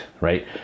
right